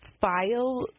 file